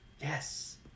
Yes